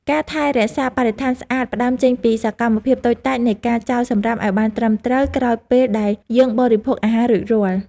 ការថែរក្សាបរិស្ថានស្អាតផ្តើមចេញពីសកម្មភាពតូចតាចនៃការចោលសម្រាមឲ្យបានត្រឹមត្រូវក្រោយពេលដែលយើងបរិភោគអាហាររួចរាល់។